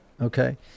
Okay